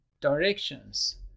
directions